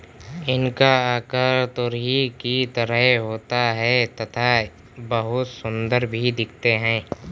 इनका आकार तुरही की तरह होता है तथा बहुत सुंदर भी दिखते है